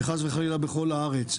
וחס וחלילה בכל הארץ.